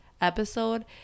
episode